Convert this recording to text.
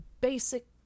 basic